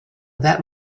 that